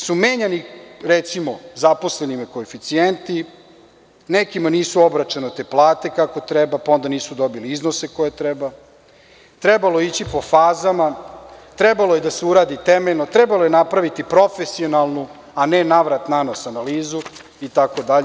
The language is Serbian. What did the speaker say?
Samo što su menjani, recimo zaposlenima, koeficijenti, nekima nisu obračunate plate kako treba, pa onda nisu dobili iznose koje treba, trebalo je ići po fazama, trebalo je da se uradi temeljeno, trebalo je napraviti profesionalnu, a ne na vrat-na nos analizu, itd.